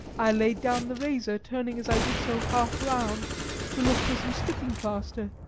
i laid down the razor, turning as i did so half round to look for some sticking plaster.